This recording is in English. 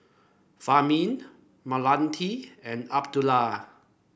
Fahmi Melati and Abdullah